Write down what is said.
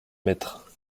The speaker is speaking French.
maîtres